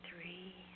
three